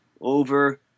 over